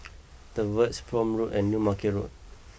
the Verge Prome Road and New Market Road